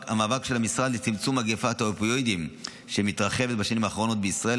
של המשרד לצמצום מגפת האופיואידים שמתרחבת בשנים האחרונות בישראל,